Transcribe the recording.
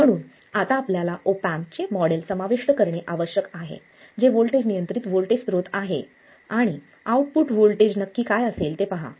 म्हणून आता आपल्याला ऑप एम्पचे मॉडेल समाविष्ट करणे आवश्यक आहे जे व्होल्टेज नियंत्रित व्होल्टेज स्रोत आहे आणि आउटपुट व्होल्टेज नक्की काय असेल ते पहा